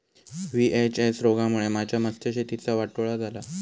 VHS रोगामुळे माझ्या मत्स्यशेतीचा वाटोळा झाला